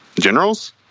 Generals